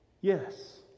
Yes